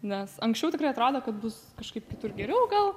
nes anksčiau tikrai atrodo kad bus kažkaip kitur geriau gal